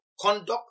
conduct